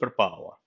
superpower